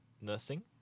nursing